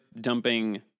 dumping